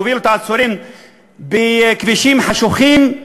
הובילו את העצורים בכבישים חשוכים,